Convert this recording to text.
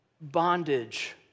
bondage